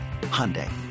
Hyundai